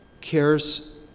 cares